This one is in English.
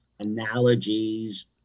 analogies